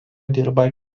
dirba